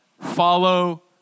Follow